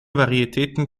varietäten